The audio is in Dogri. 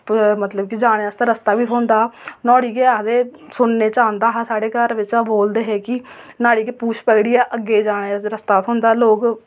मतलब कि जाने आस्तै रस्ता बी थ्होंदा नुहाड़ी गै आखदे सुनने च आंदा हा ते साढ़े घर बोलदे हे कि न्हाड़ी गै पूंछ पकड़ियै अग्गें जाने दा रस्ता थ्होंदा लोक